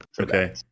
Okay